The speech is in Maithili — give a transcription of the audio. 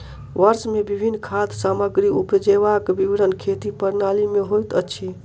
वर्ष मे विभिन्न खाद्य सामग्री उपजेबाक विवरण खेती प्रणाली में होइत अछि